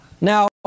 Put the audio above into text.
Now